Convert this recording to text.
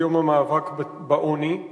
את יום המאבק בעוני.